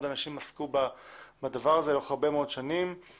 אנשים עסקו בדבר זה לאורך הרבה מאוד שנים,